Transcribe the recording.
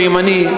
שהוא ימני,